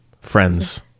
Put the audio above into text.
friends